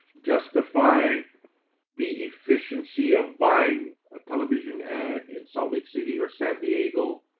justify the efficiency of buying a television ad in salt lake city or san diego,